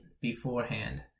beforehand